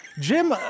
Jim